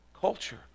culture